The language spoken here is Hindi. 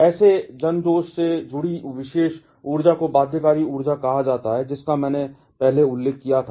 ऐसे जन दोष से जुड़ी विशेष ऊर्जा को बाध्यकारी ऊर्जा कहा जाता है जिसका मैंने पहले उल्लेख किया था